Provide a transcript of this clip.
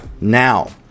now